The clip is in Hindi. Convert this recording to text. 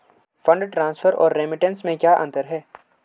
फंड ट्रांसफर और रेमिटेंस में क्या अंतर है?